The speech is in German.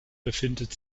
befindet